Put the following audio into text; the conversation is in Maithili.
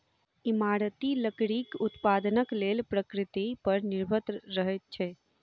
इमारती लकड़ीक उत्पादनक लेल प्रकृति पर निर्भर रहैत छी